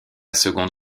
seconde